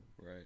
Right